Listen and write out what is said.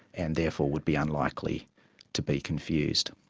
and therefore would be unlikely to be confused.